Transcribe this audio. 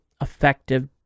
effective